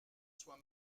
soit